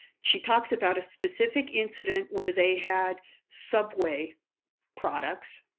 she talks about a specific incident where they had subway products.